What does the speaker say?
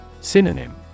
Synonym